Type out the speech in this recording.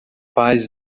paz